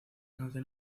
canción